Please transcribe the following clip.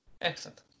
excellent